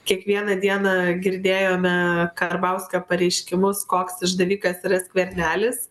kiekvieną dieną girdėjome karbauskio pareiškimus koks išdavikas yra skvernelis